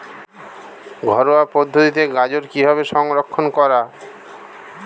ঘরোয়া পদ্ধতিতে গাজর কিভাবে সংরক্ষণ করা?